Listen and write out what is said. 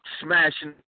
smashing